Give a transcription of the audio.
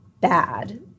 bad